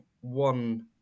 one